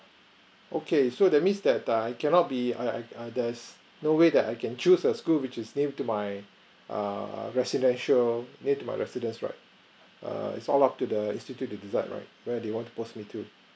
okay so that means that I cannot be I I I there's no way that I can choose a school which is near to my err residential near to my residence right err it's all up to the institute to decide right where they want to post me to